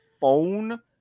phone